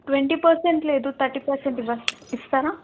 twenty percent లేదు thirty percent ఇవ ఇస్తారా